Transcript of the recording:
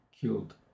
killed